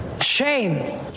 Shame